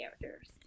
characters